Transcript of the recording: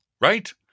right